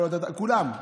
כולם,